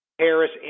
Harris